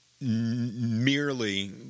merely